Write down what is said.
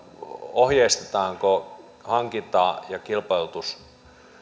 ohjeistetaanko hankinta ja kilpailutus